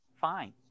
fine